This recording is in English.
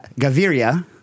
Gaviria